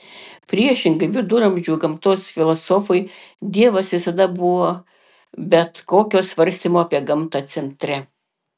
priešingai viduramžių gamtos filosofui dievas visada buvo bet kokio svarstymo apie gamtą centre